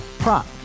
Prop